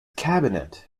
cabinet